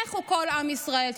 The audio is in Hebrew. לכו כל עם ישראל,